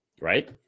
Right